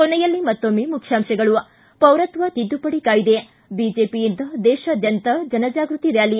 ಕೊನೆಯಲ್ಲಿ ಮತ್ತೊಮ್ಮೆ ಮುಖ್ಯಾಂಶಗಳು ಪೌರತ್ವ ತಿದ್ದುಪಡಿ ಕಾಯ್ದೆ ಬಿಜೆಪಿಯಿಂದ ದೇಶಾದ್ಯಂತ ಜನಜಾಗೃತಿ ರ್ಯಾಲಿ